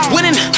Winning